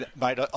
mate